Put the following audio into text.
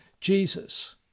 Jesus